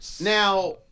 now